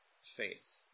faith